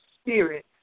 spirit